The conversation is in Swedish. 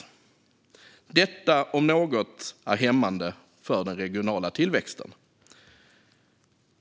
Detta om något är hämmande för den regionala tillväxten.